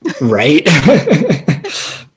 Right